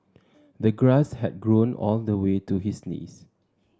the grass had grown all the way to his knees